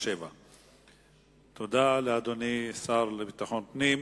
מס' 497. תודה לאדוני השר לביטחון פנים.